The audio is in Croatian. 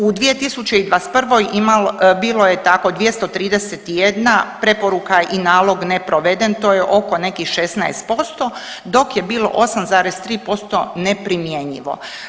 U 2021. imalo je, bilo je tako 231 preporuka i nalog neproveden, to je oko nekih 16% dok je bilo 8,3% neprimjenjivo.